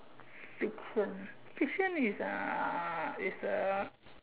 you can you can is uh is A